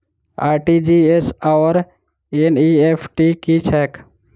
RTGS आओर NEFT की छैक?